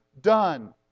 done